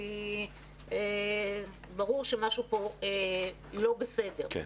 כי ברור שמשהו פה לא בסדר.